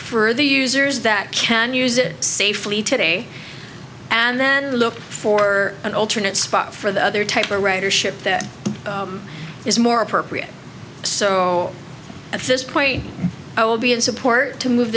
for the users that can use it safely today and then look for an alternate spot for the other type or ridership that is more appropriate so at this point i will be in support to move